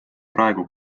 praegu